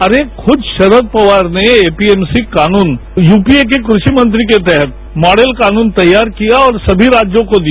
अरे खुद शरद पवार ने एपीएमसी कानून यूपीए के क्रूपी मंत्री के तहत मॉडल कानून तैयार किया और सभी राज्यों को दिया